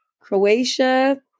Croatia